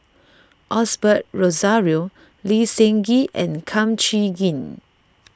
Osbert Rozario Lee Seng Gee and Kum Chee Kin